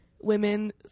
women